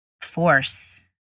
force